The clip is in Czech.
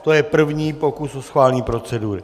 To je první pokus o schválení procedury.